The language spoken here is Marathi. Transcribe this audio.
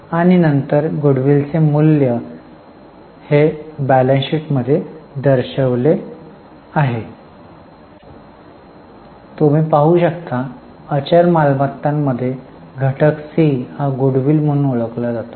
आणि नंतर Goodwill चे मूल्य बॅलन्स शीट दर्शवले आहे तसे दिलेले आहे तुम्ही पाहू शकता अचल मालमत्तामध्ये घटक C हा Goodwill म्हणून ओळखला जातो